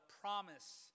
promise